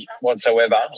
whatsoever